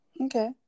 Okay